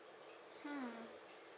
hmm